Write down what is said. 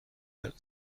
trois